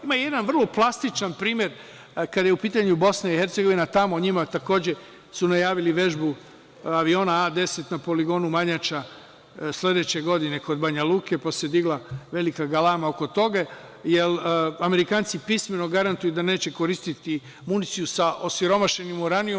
Ima jedan vrlo plastičan primer kada je u pitanju Bosna i Hercegovina, tamo njima takođe su najavili vežbu aviona A-10 na poligonu Manjača sledeće godine kod Banjaluke, pa se digla velika galama oko toga, jer Amerikanci pismeno garantuju da neće koristiti municiju sa osiromašenim uranijumom.